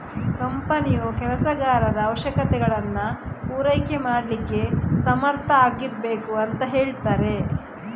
ಕಂಪನಿಯು ಕೆಲಸಗಾರರ ಅವಶ್ಯಕತೆಗಳನ್ನ ಪೂರೈಕೆ ಮಾಡ್ಲಿಕ್ಕೆ ಸಮರ್ಥ ಆಗಿರ್ಬೇಕು ಅಂತ ಹೇಳ್ತಾರೆ